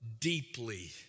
deeply